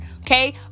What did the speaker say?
okay